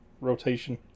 rotation